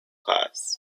class